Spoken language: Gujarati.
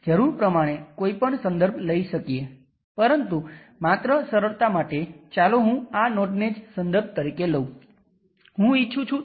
જેમ આપણે અગાઉ મૂલ્યાંકન કર્યું હતું